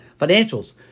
Financials